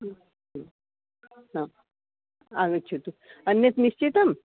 आगच्छतु अन्यत् निश्चितं